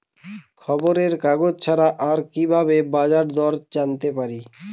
খবরের কাগজ ছাড়া আর কি ভাবে বাজার দর জানতে পারি?